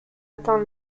atteint